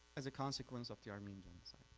as a consequence of the armenian